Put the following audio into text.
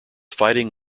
fighting